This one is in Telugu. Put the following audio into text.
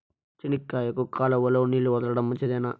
చెనక్కాయకు కాలువలో నీళ్లు వదలడం మంచిదేనా?